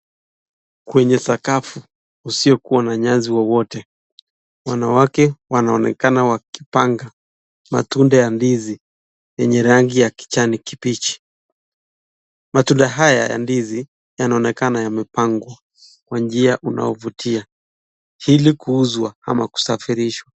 Kwenye sakafu usio na nyasi wowote. Wanawake wanaonekana wakipanga matunda ya ndizi yenye rangi kibichi. Matunda haya ya ndizi yanaonekana yamepangwa kwa njia unaofutia ili kuuzwa ama kusafirishwa.